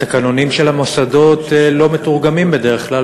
התקנונים של המוסדות לא מתורגמים בדרך כלל